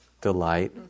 delight